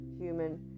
human